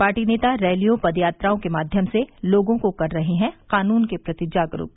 party नेता रैलियों पदयात्राओं के माध्यम से लोगों को कर रहे कानून के प्रति जागरूक